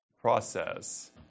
process